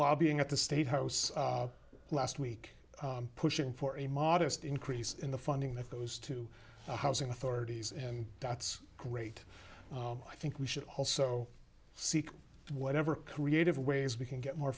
lobbying at the state house last week pushing for a modest increase in the funding that goes to the housing authorities and that's great i think we should also seek whatever creative ways we can get more